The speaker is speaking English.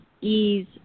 ease